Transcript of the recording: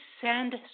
send